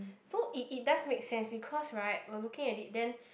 so it it does make sense because right we are looking at it then